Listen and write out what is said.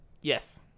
Yes